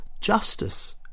justice